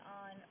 on